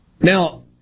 Now